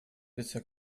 bisher